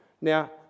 Now